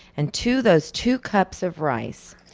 and to those two cups of rice,